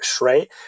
right